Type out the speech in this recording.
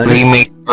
Remake